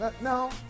No